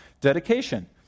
dedication